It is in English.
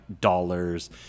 dollars